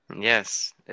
Yes